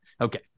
Okay